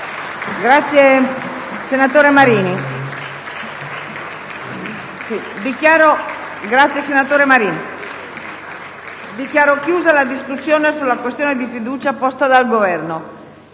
finestra"). Dichiaro chiusa la discussione sulla questione di fiducia posta dal Governo.